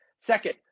Second